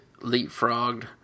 leapfrogged